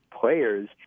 players